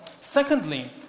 Secondly